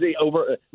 over